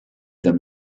them